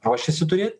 ruošiasi turėt